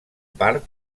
part